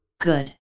Good